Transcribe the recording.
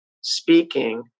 speaking